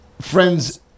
friends